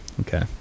Okay